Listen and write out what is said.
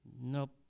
Nope